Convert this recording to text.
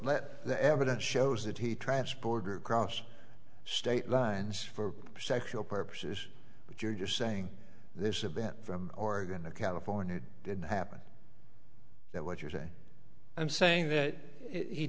let the evidence shows that he transporter across state lines for sexual purposes but you're just saying there's a bent from oregon to california didn't happen that what you're saying i'm saying that he